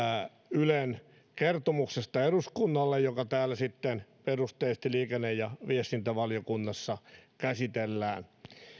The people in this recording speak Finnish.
ylen kertomuksesta eduskunnalle joka täällä sitten perusteellisesti liikenne ja viestintävaliokunnassa käsitellään